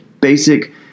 basic